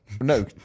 No